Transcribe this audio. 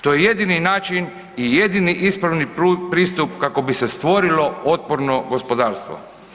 To je jedini način i jedini ispravni pristup kako bi se stvorilo otporno gospodarstvo.